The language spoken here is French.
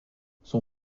son